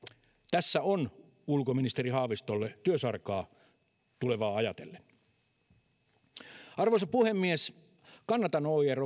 tässä on ulkoministeri haavistolle työsarkaa tulevaa ajatellen arvoisa puhemies kannatan oir